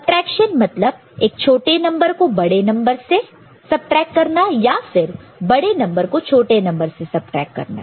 subtraction मतलब एक छोटे नंबर को बड़े नंबर से सबट्रैक्ट करना या फिर बड़े नंबर को छोटे नंबर से सबट्रैक्ट करना